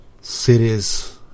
cities